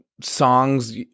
songs